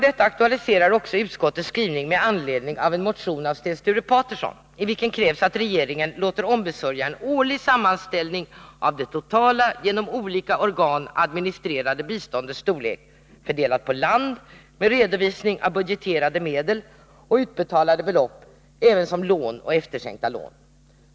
Detta aktualiserar också utskottets skrivning med anledning av en motion av Sten Sture Paterson, i vilken krävs att regeringen låter ombesörja en årlig sammanställning av det totala genom olika organ administrerade biståndets storlek, fördelat på länder med redovisning av budgeterade medel, utbetalade belopp ävensom lån och efterskänkta lån.